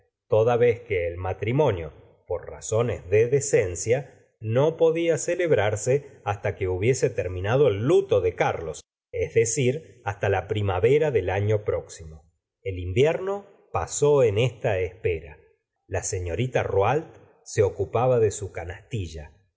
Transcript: toda vez que el matrimonio por razones de decencia no polla celebrarse hasta que hubiese terminado el luto de carlos es decir hasta la primavera del atice próximo el invierno pasó en ésta espera la sellorita rouault se ocupaba de su canastilla